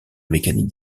mécanique